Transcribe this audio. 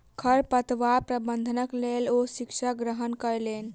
खरपतवार प्रबंधनक लेल ओ शिक्षा ग्रहण कयलैन